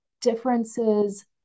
differences